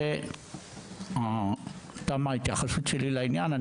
כאן תמה ההתייחסות שלי לעניין,